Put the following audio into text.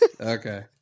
Okay